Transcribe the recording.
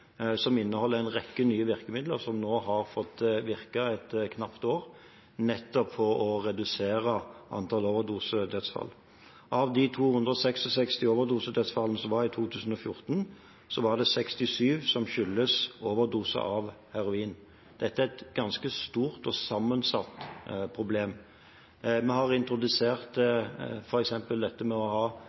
som inneholder en rekke nye virkemidler, som nå har fått virke et knapt år, nettopp for å redusere antall overdosedødsfall. Av de 266 overdosedødsfallene som var i 2014, var det 67 som skyldtes overdose av heroin. Dette er et ganske stort og sammensatt problem. Vi har introdusert f.eks. dette med å